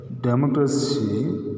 Democracy